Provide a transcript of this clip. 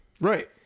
Right